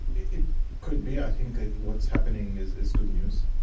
it could be. i think what's happening is is good news.